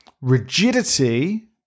rigidity